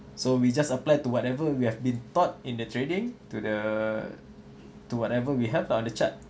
so we just apply to whatever we have been taught in the trading to the to whatever we have on the chart